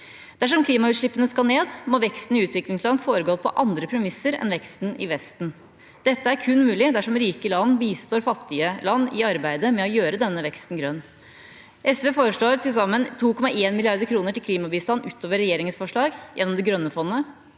Dersom klimautslippene skal ned, må veksten i utviklingsland foregå på andre premisser enn veksten i Vesten. Dette er kun mulig dersom rike land bistår fattige land i arbeidet med å gjøre denne veksten grønn. SV foreslår til sammen 2,1 mrd. kr til klimabistand utover regjeringas forslag gjennom det grønne fondet,